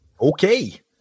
okay